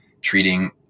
treating